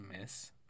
miss